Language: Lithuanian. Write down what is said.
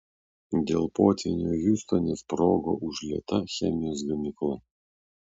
dėl potvynio hjustone sprogo užlieta chemijos gamykla